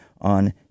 on